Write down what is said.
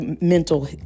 mental